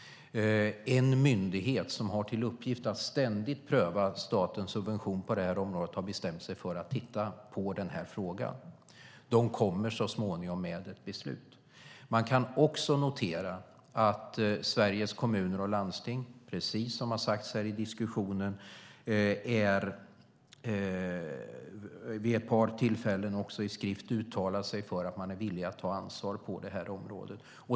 En myndighet som har till uppgift att ständigt pröva statens subvention på det här området har bestämt sig för att titta på den här frågan. Den kommer så småningom med ett beslut. Man kan också notera att Sveriges Kommuner och Landsting, precis som har sagts här i diskussionen, vid ett par tillfällen också i skrift har uttalat sig för att man är villig att ta ansvar på det här området.